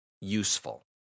useful